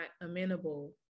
amenable